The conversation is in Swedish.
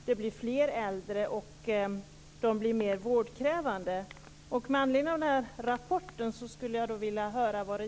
Det blir fler äldre, och de blir mer vårdkrävande.